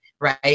right